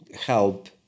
help